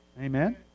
Amen